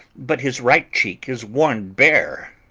but his right cheek is worn bare.